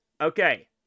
Okay